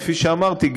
כפי שאמרתי,